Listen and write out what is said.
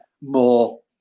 more